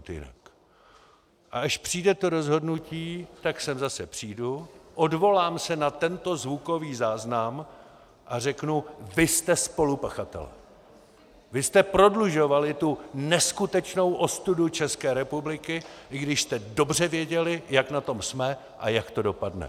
A až přijde to rozhodnutí, tak sem zase přijdu, odvolám se na tento zvukový záznam a řeknu: Vy jste spolupachatelé, vy jste prodlužovali tu neskutečnou ostudu České republiky, i když jste dobře věděli, jak na tom jsme a jak to dopadne.